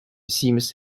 seems